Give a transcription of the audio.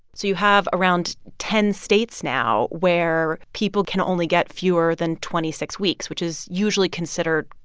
so you have around ten states now where people can only get fewer than twenty six weeks, which is usually considered,